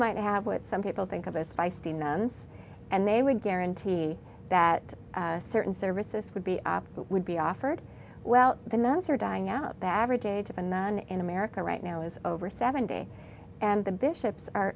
might have what some people think of as feisty nuns and they would guarantee that certain services would be up would be offered well the nuns are dying out that average age of and then in america right now is over seventy and the bishops are